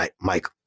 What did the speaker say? Mike